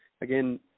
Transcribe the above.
again